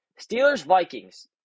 Steelers-Vikings